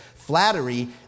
Flattery